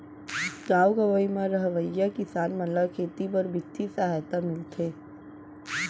गॉव गँवई म रहवइया किसान मन ल खेती बर बित्तीय सहायता मिलथे